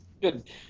Good